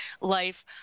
life